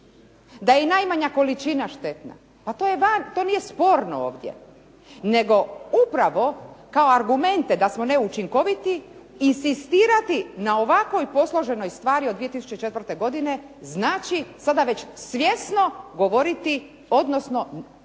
da je i najmanja količina štetna. Pa to nije sporno ovdje. Nego upravo kao argumente da smo neučinkoviti inzistirati na ovakvoj posloženoj stvari od 2004. godine znači sada već svjesno govoriti, odnosno